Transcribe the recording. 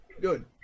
Good